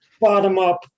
bottom-up